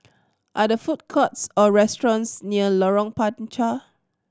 are there food courts or restaurants near Lorong Panchar